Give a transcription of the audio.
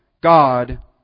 God